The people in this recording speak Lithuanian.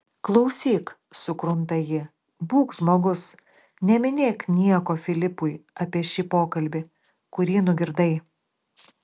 klausyk sukrunta ji būk žmogus neminėk nieko filipui apie šį pokalbį kurį nugirdai